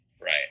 Right